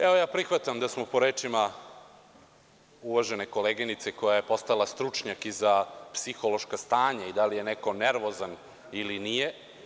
Evo, ja prihvatam da smo po rečima uvažene koleginice koja je postala stručnjak i za psihološka stanja i da li je neko nervozan ili nije.